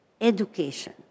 education